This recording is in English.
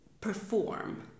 perform